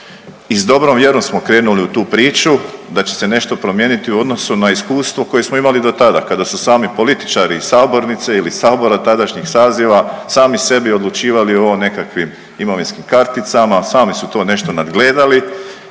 i s dobrom vjerom smo krenuli u tu priču da će se nešto promijeniti u odnosu na iskustvo koje smo imali do tada kada su sami političari iz sabornice ili iz sabora tadašnjih saziva sami sebi odlučivali o nekakvim imovinskim karticama, sami su to nešto nadgledali